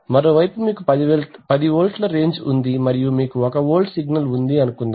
మరోవైపు మీకు ఒక 10 వోల్ట్ల రేంజ్ ఉంది మరియు మీకు 1 వోల్ట్ సిగ్నల్ ఉందని అనుకుందాం